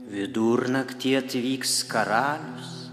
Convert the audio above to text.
vidurnaktį atvyks karalius